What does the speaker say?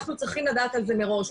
אנחנו צריכים לדעת על זה מראש.